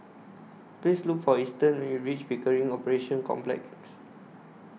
Please Look For Easton when YOU REACH Pickering Operations Complex